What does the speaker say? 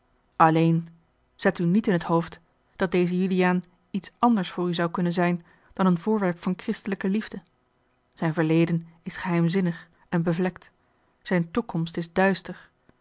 alleen zet u niet in t hoofd dat deze deze juliaan iets anders voor u zou konnen zijn dan een voorwerp van christelijke liefde zijn verleden is geheimzinnig en bevlekt zijne toekomst is duister